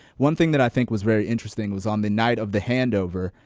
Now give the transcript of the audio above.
one thing that i think was very interesting was on the night of the handover,